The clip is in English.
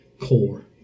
core